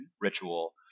ritual